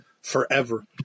forever